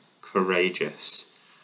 courageous